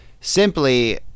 simply